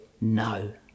No